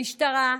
המשטרה,